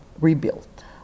rebuilt